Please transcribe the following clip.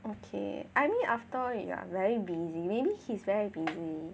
okay I mean after all you are very busy maybe he's very busy